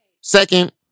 Second